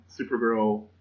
Supergirl